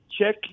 check